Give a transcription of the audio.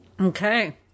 Okay